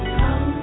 come